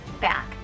back